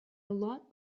lot